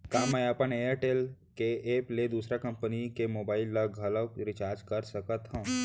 का मैं अपन एयरटेल के एप ले दूसर कंपनी के मोबाइल ला घलव रिचार्ज कर सकत हव?